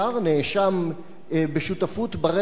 נאשם בשותפות ברצח,